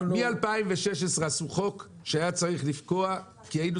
ב-2016 עשו חוק שהיה צריך לפקוע כי היינו